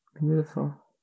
Beautiful